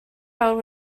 awr